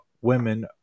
women